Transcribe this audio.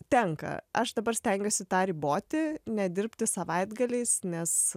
tenka aš dabar stengiuosi tą riboti nedirbti savaitgaliais nes